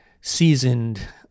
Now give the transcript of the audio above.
seasoned